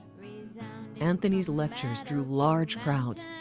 anthony's lectures drew large crowds.